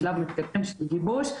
בשלב מתקדם של גיבוש,